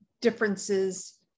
differences